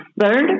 third